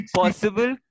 possible